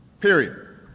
Period